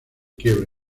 quiebra